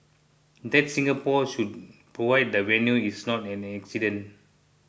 that Singapore should provide the venue is not an accident